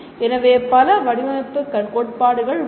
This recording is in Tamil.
எனவே பல வடிவமைப்பு கோட்பாடுகள் உள்ளன